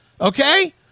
Okay